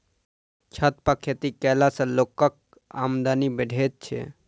छत पर खेती कयला सॅ लोकक आमदनी बढ़ैत छै